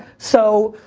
so,